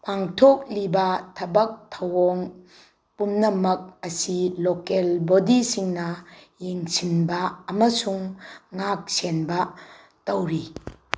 ꯄꯥꯡꯊꯣꯛꯂꯤꯕ ꯊꯕꯛ ꯊꯧꯑꯣꯡ ꯄꯨꯝꯅꯃꯛ ꯑꯁꯤ ꯂꯣꯀꯦꯜ ꯕꯣꯗꯤꯁꯤꯡꯅ ꯌꯦꯡꯁꯤꯟꯕ ꯑꯃꯁꯨꯡ ꯉꯥꯛꯁꯦꯟꯕ ꯇꯧꯔꯤ